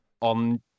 On